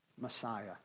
Messiah